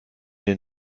den